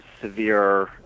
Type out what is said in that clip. severe